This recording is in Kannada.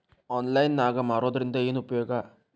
ಆನ್ಲೈನ್ ನಾಗ್ ಮಾರೋದ್ರಿಂದ ಏನು ಉಪಯೋಗ?